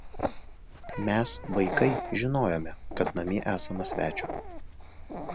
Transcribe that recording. mes vaikai žinojome kad namie esama svečio